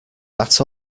that